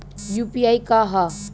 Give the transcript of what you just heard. UPI का ह?